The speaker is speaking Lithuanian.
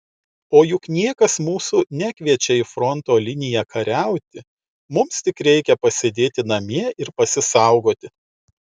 o juk niekas mūsų nekviečia į fronto liniją kariauti mums tik reikia pasėdėti namie ir pasisaugoti